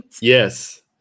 yes